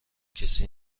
کسی